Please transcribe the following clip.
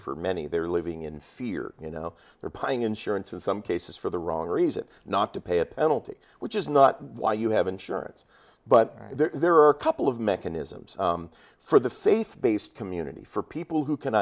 for many they're living in fear you know they're paying insurance in some cases for the wrong reason not to pay a penalty which is not why you have insurance but there are a couple of mechanisms for the faith based community for people who can